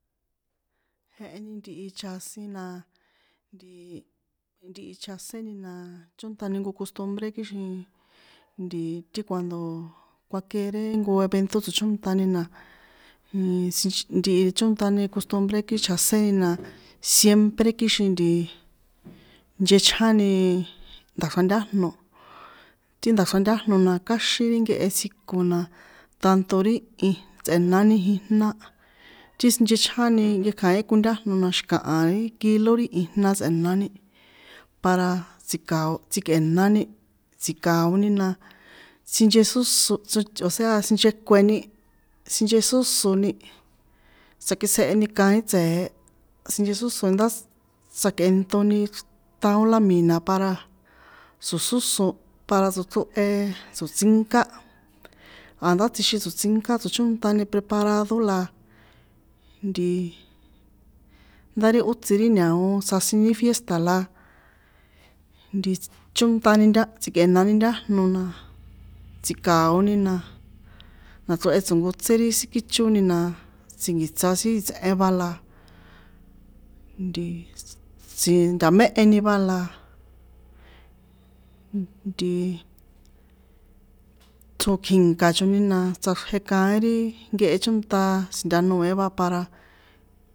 Jeheni ntihi chjasin na, ntii ntihi chjaséni na chóntani nko costumbre kixin kuando kuakere nko evento tsochónṭani na, sinch chónṭani costumbre ti chjaséni na siemprekixin nchechjáni ni, nda̱xra ntájno, ti nta̱xra ntájno na káxin ri nkehe tsjiko na tanto ri iijn tsꞌe̱nani jina, ti sinchechjáni nkekja̱in kontájno na xi̱kaha ri kilo ri ijna tsꞌe̱nani, paraaa, tsi̱kao tsikꞌe̱nani, tsi̱ka̱oni na, sinchesósó tsoch o̱séa sinchekueni, sinchesósóni, tsakitsjeheni kaín tse̱e sinchesósóni ndá tsjakꞌentoni chrítaón lámina̱ para tso̱sósó para tsochrohe tso̱tsinká, a̱ndá tsjixin tso̱tsinká tsochónṭani preparado la, ntiii, ndá ri ó tsi ri aña̱o tsjasin ri fiesta la, ntii, ts chónṭani nta tsi̱kꞌe̱nani ntájno na, tsi̱ka̱oni na, nachrehe tso̱nkotsé ri sín kíchoni na tsjinki̱tsa sin itsꞌen va la- a, ntii, ts tsi̱nta̱méheni va la, ntiiii, tso̱kji̱nka̱ choni na tsꞌaxrje kaín ti nkehe chínṭa si̱ntanòe va para.